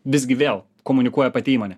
visgi vėl komunikuoja pati įmonė